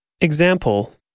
Example